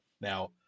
Now